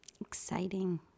Exciting